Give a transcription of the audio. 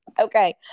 Okay